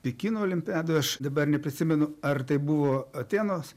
pekino olimpiadoj aš dabar neprisimenu ar tai buvo atėnuos